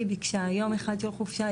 היא ביקשה יום אחד של חופשה.